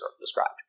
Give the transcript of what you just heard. described